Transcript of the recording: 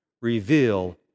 reveal